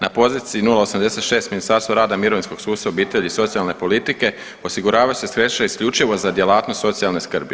Na poziciji 086 Ministarstvo rada, mirovinskog sustava, obitelji i socijalne politike osiguravaju se sredstva isključivo za djelatnost socijalne skrbi.